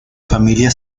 familia